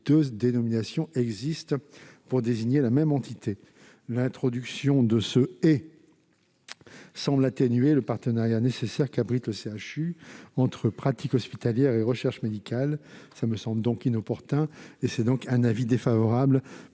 deux dénominations coexistent pour désigner la même entité ; d'autre part, l'introduction de ce « et » semble atténuer le partenariat nécessaire qu'abrite le CHU entre pratique hospitalière et recherche médicale, ce qui me semble inopportun. La commission émet donc un avis défavorable